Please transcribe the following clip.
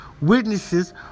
witnesses